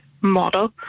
model